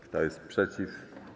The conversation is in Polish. Kto jest przeciw?